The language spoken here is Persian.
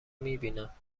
میبینم